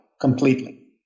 completely